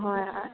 হয়